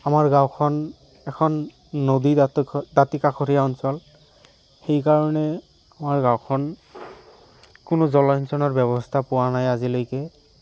আমাৰ গাঁওখন এখন নদী দাঁতি দাঁতিকাষৰীয়া অঞ্চল সেইকাৰণে আমাৰ গাঁওখন কোনো জলসিঞ্চনৰ ব্যৱস্থা পোৱা নাই আজিলৈকে